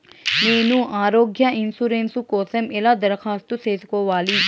నేను ఆరోగ్య ఇన్సూరెన్సు కోసం ఎలా దరఖాస్తు సేసుకోవాలి